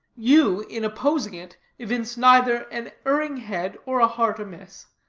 you, in opposing it, evince either an erring head or a heart amiss.